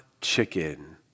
chicken